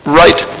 right